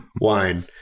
wine